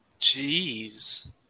jeez